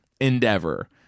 endeavor